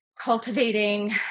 cultivating